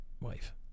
wife